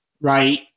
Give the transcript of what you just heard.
right